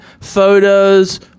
photos